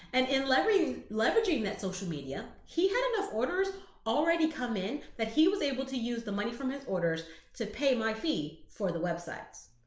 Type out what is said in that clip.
and in leverag leveraging that social media, he had enough orders already come in that he was able to use the money from his orders to pay my fee for the website.